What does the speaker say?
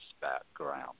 background